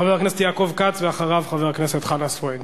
חבר הכנסת יעקב כץ, ואחריו, חבר הכנסת חנא סוייד.